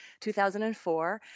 2004